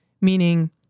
Meaning